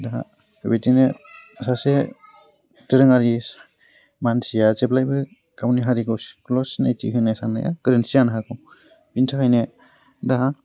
दा बेबायदिनो सासे दोरोङारि मानसिया जेब्लायबो गावनि हारिखौल' सिनायथि होनो सान्नाया गोरोन्थि जानो हागौ बेनि थाखायनो दा